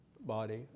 body